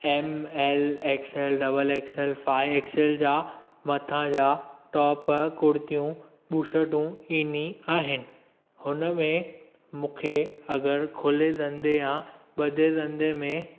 M L X L double X L five X L जा मथां जा top कुर्तीयूं बूशेटूं ईंदी आहिनि हुन में मूंखे अगरि खुले धंदे या ॿधे धंदे में